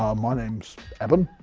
um my name's eben,